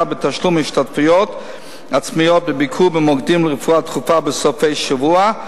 בתשלום השתתפויות עצמיות בביקור במוקדים לרפואה דחופה בסופי-שבוע,